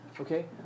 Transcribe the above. Okay